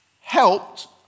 helped